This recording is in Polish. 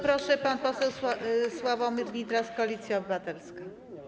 Proszę, pan poseł Sławomir Nitras, Koalicja Obywatelska.